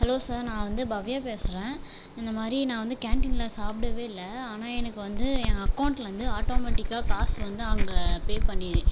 hello sir நான் வந்து பவ்யா பேசுகிறேன் இந்தமாதிரி நான் வந்து கேன்டீனில் சாப்பிடவே இல்லை ஆனால் எனக்கு வந்து என் அக்கௌண்ட்லேருந்து ஆட்டோமெட்டிக்காக காசு வந்து அங்க பே பண்ணி